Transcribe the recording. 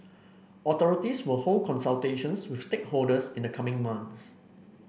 authorities will hold consultations with stakeholders in the coming months